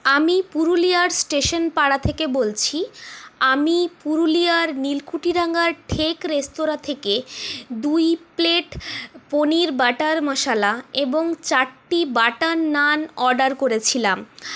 আমি পুরুলিয়ার স্টেশনপাড়া থেকে বলছি আমি পুরুলিয়ার নীলকুঠি ডাঙার ঠেক রেস্তোরাঁ থেকে দুই প্লেট পনীর বাটার মশলা এবং চারটি বাটার নান অর্ডার করেছিলাম